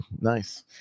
Nice